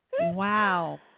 Wow